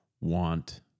want